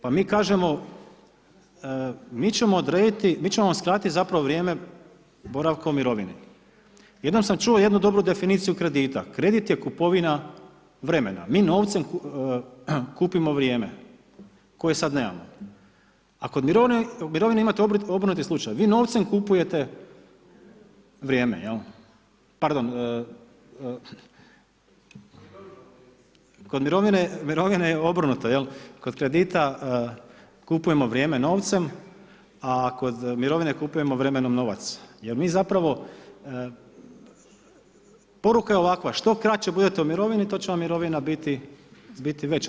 Pa mi kažemo mi ćemo odrediti, mi ćemo vam skratiti zapravo vrijeme boravka u mirovini, jednom sam čuo jednu dobru definiciju kredita, kredit je kupovina vremena, mi novcem kupimo vrijeme koje sad nemamo, a kod mirovine je obrnuti slučaj vi novcem kupujete vrijeme, jel, pardon kod mirovine je obrnuto, kod kredita kupujemo vrijeme novcem, a kod mirovine kupujemo vremenom novac, jer mi zapravo, poruka je ovakva što kraće budete u mirovini to će vam mirovina biti veća.